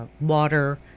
water